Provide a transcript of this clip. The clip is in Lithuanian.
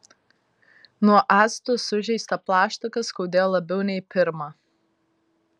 nuo acto sužeistą plaštaką skaudėjo labiau nei pirma